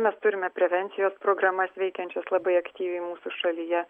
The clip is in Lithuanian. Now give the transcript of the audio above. mes turime prevencijos programas veikiančias labai aktyviai mūsų šalyje